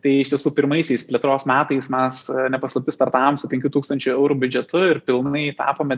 tai iš tiesų pirmaisiais plėtros metais mes ne paslaptis startavom su penkių tūkstančių eurų biudžetu ir pilnai tapome